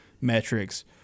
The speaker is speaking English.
metrics